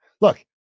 Look